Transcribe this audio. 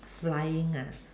flying ah